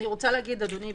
אדוני,